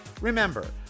Remember